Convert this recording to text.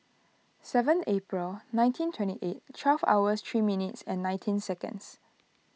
seven April nineteen twenty eight twelve hours three minutes nineteen seconds